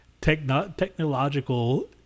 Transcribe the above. technological